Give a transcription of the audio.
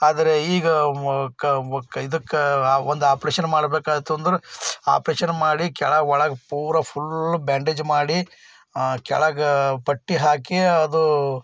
ಆದ್ರೆ ಈಗ ಇದಕ್ಕೆ ಆ ಒಂದು ಆಪ್ರೇಷನ್ ಮಾಡಬೇಕಾಯ್ತು ಅಂದ್ರೆ ಆಪ್ರೇಷನ್ ಮಾಡಿ ಕೆಳಗೆ ಒಳಗೆ ಪೂರ ಫುಲ್ ಬ್ಯಾಂಡೇಜ್ ಮಾಡಿ ಕೆಳಗೆ ಪಟ್ಟಿ ಹಾಕಿ ಅದು